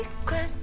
secret